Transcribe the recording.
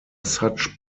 such